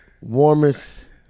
warmest